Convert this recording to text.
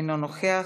אינו נוכח,